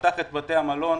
פתח את בתי המלון,